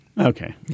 Okay